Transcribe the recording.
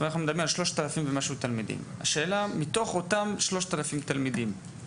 אנחנו מדברים על מעל 3,000 תלמידים, שמהניסיון שלי